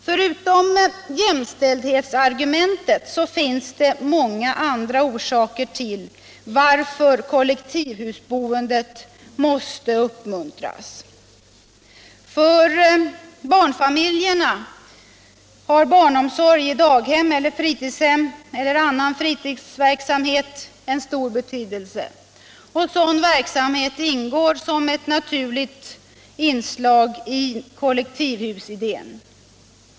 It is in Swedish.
Förutom jämställdhetsargumentet finns det många andra orsaker till att kollektivhusboendet måste uppmuntras. För barnfamiljerna har barnomsorg i daghem eller fritidshem eller annan fritidsverksamhet stor betydelse. Och sådan verksamhet ingår som ett naturligt inslag i kollektivhusidén.